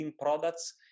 products